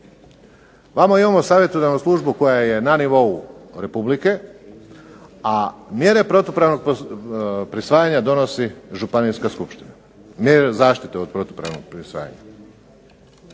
Ovamo imamo savjetodavnu službu koja je na nivou Republike, a mjere protupravnog prisvajanja donosi županijska skupštine, mjere zaštite od protupravnog prisvajanja.